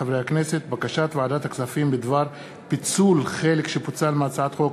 בקשת ועדת הכספים בדבר פיצול חלק שפוצל מהצעת חוק